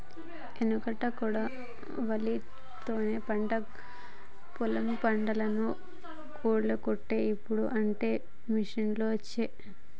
ఎనుకట కొడవలి తోనే పంట పొలం పంటను కోశేటోళ్లు, ఇప్పుడు అంటే మిషిండ్లు వచ్చే